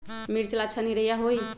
मिर्च ला अच्छा निरैया होई?